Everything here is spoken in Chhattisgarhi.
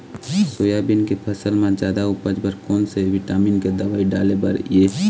सोयाबीन के फसल म जादा उपज बर कोन से विटामिन के दवई डाले बर ये?